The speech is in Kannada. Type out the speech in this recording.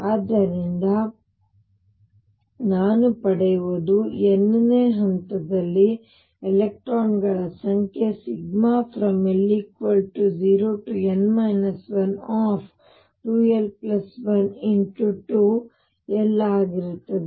ಆದ್ದರಿಂದ ನಾವು ಪಡೆಯುವುದು n ನೇ ಹಂತದಲ್ಲಿ ಎಲೆಕ್ಟ್ರಾನ್ಗಳ ಸಂಖ್ಯೆ l0n 12l1×2 l ಆಗಿರುತ್ತದೆ